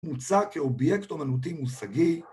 ‫מוצע כאובייקט אומנותי מושגי.